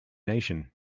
nation